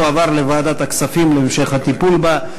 תועבר לוועדת הכספים להמשך הטיפול בה,